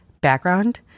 background